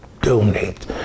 donate